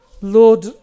Lord